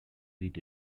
eat